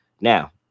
now